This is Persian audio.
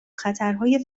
خطرهای